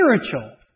spiritual